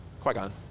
Qui-Gon